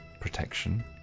protection